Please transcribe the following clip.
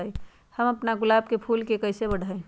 हम अपना गुलाब के फूल के कईसे बढ़ाई?